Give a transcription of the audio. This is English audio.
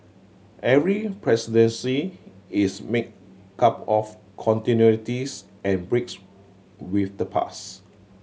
every presidency is made cup of continuities and breaks with the past